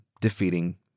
defeating